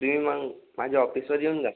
तुम्ही मग माझ्या ऑपिसवर येऊन जा